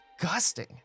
disgusting